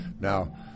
Now